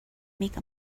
make